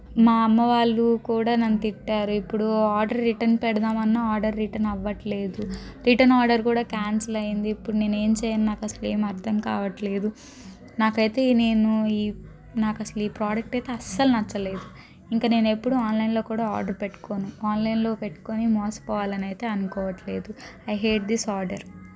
మా అమ్మ వాళ్ళు కూడా నన్ను తిట్టారు ఇప్పుడు ఆర్డర్ రిటర్న్ పెడదామని అన్న ఆర్డర్ రిటర్న్ అవ్వడం లేదు రిటర్న్ ఆర్డర్ కూడా క్యాన్సిల్ అయింది ఇప్పుడు నేను ఏం చేయను నాకు అసలు ఏం అర్థం కావట్లేదు నాకు అయితే నేను ఈ నాకు అయితే ఈ ప్రోడక్ట్ అస్సలు నచ్చలేదు ఇంకా నేను ఎప్పుడూ ఆన్లైన్లో కూడా ఆర్డర్ పెట్టుకోను ఆన్లైన్లో పెట్టుకొని మోసపోవాలని అయితే అనుకోవట్లేదు ఐ హేట్ దిస్ ఆర్డర్